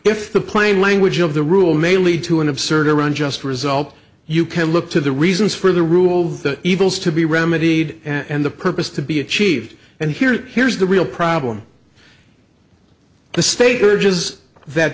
if the plain language of the rule may lead to an absurd or unjust result you can look to the reasons for the rule of the evils to be remedied and the purpose to be achieved and here's here's the real problem the state urges that